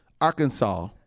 Arkansas